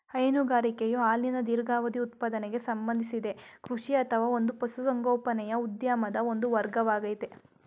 ಹೈನುಗಾರಿಕೆಯು ಹಾಲಿನ ದೀರ್ಘಾವಧಿ ಉತ್ಪಾದನೆಗೆ ಸಂಬಂಧಿಸಿದ ಕೃಷಿ ಅಥವಾ ಒಂದು ಪಶುಸಂಗೋಪನೆಯ ಉದ್ಯಮದ ಒಂದು ವರ್ಗವಾಗಯ್ತೆ